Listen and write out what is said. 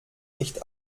nicht